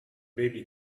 baby